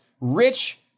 rich